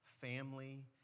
family